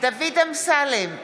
דוד אמסלם,